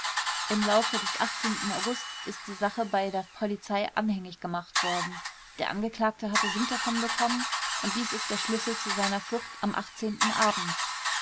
im laufe des august ist die sache bei der polizei anhängig gemacht worden der angeklagte hatte wind davon bekommen und dies ist der schlüssel zu seiner flucht am abends